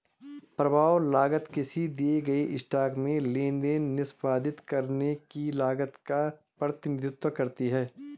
प्रभाव लागत किसी दिए गए स्टॉक में लेनदेन निष्पादित करने की लागत का प्रतिनिधित्व करती है